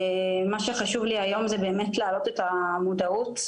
מה שחשוב לי היום זה לעלות את המודעות,